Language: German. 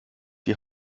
die